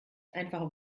einfach